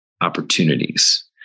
opportunities